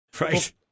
right